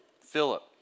Philip